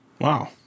Wow